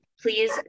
please